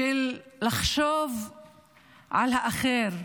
של לחשוב על האחר,